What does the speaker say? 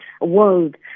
world